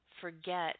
forget